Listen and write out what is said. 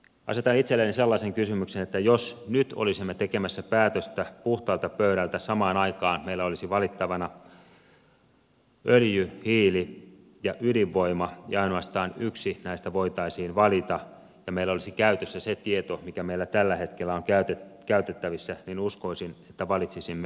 asetan itselleni sellaisen kysymyksen että jos nyt olisimme tekemässä päätöstä puhtaalta pöydältä ja samaan aikaan meillä olisi valittavana öljy hiili ja ydinvoima ja ainoastaan yksi näistä voitaisiin valita ja meillä olisi käytössä se tieto mikä meillä tällä hetkellä on käytettävissä niin uskoisin että valitsisimme ydinvoiman